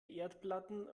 erdplatten